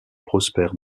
prospère